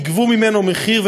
יגבו ממנו מחיר,